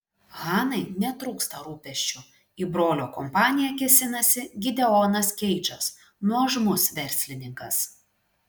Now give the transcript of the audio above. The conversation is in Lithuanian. hanai netrūksta rūpesčių į brolio kompaniją kėsinasi gideonas keidžas nuožmus verslininkas